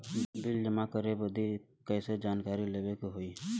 Bill जमा करे बदी कैसे जानकारी लेवे के होई?